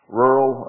rural